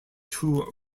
two